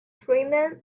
freeman